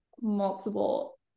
multiple